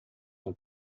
com